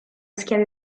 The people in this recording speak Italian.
schiavi